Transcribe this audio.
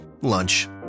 lunch